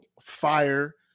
fire